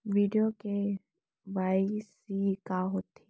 video KYC का होथे